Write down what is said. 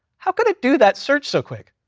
how could it do that search so quick?